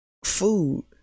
Food